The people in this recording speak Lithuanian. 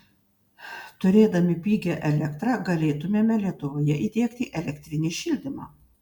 turėdami pigią elektrą galėtumėme lietuvoje įdiegti elektrinį šildymą